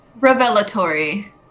Revelatory